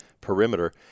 perimeter